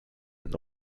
and